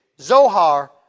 Zohar